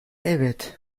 evet